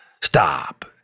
stop